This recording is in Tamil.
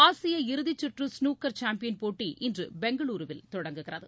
ஆசிய இறுதிச் சுற்று ஸ்னூக்கர் சாம்பியன் போட்டி இன்று பெங்களூருவில் தொடங்குகிறது